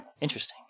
interesting